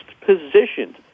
positioned